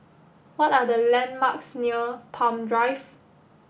what are the landmarks near Palm Drive